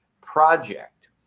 project